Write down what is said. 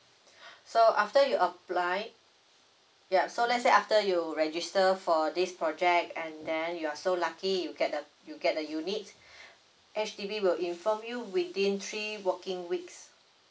so after you apply yup so let's say after you register for this project and then you're so lucky you get the you get the unit H_D_B will inform you within three working weeks